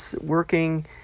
working